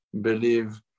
believe